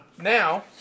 Now